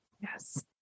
Yes